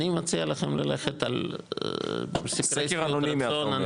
אני מציע לכם ללכת על סקר -- סקר אנונימי